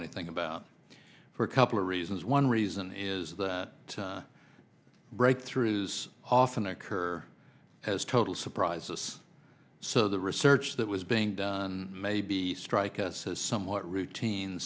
anything about for a couple reasons one reason is that breakthroughs often occur as total surprise us so the research that was being done maybe strike us as somewhat routine